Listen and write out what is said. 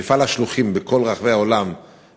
מפעל השלוחים בכל רחבי העולם,